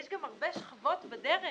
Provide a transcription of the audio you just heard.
יש גם הרבה שכבות בדרך